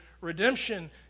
redemption